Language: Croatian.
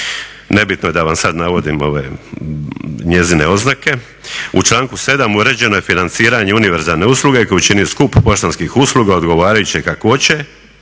Nebitno je da vam sad navodim njezine oznake. U članku 7. uređeno je financiranje univerzalne usluge koju čini skup poštanskih usluga odgovarajuće kakvoće,